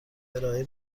ارائه